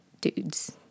dudes